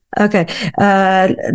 okay